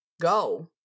go